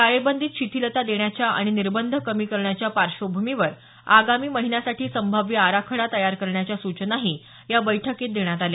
टाळेबंदीत शिथिलता देण्याच्या आणि निर्बंध कमी करण्याच्या पार्श्वभूमीवर आगामी महिन्यांसाठी संभाव्य आराखडा तयार करण्याच्या सूचनाही या बैठकीत देण्यात आल्या